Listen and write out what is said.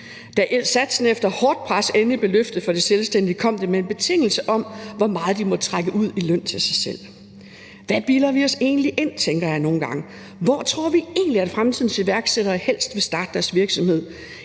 da satsen efter hårdt pres endelig blev løftet for de selvstændige, kom det med en betingelse om, hvor meget de må trække ud i løn til sig selv. Hvad bilder vi os egentlig ind? Det tænker jeg nogle gange. Hvor tror vi egentlig, at fremtidens iværksættere helst vil starte deres virksomhed: